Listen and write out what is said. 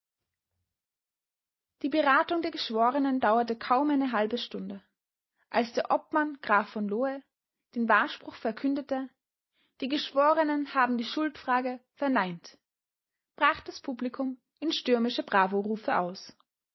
die beratung der geschworenen dauerte kaum eine halbe stunde als der obmann graf v lo den wahrspruch verkündete die geschworenen haben die schuldfrage verneint brach das publikum in stürmische bravorufe aus